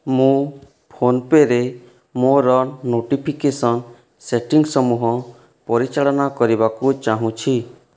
ମୁଁ ଫୋନ ପେ'ରେ ମୋର ନୋଟିଫିକେସନ୍ ସେଟିଂ ସମୂହ ପରିଚାଳନା କରିବାକୁ ଚାହୁଁଛି